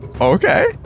Okay